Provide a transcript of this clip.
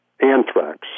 anthrax